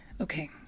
Okay